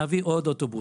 נביא עוד אוטובוסים.